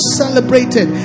celebrated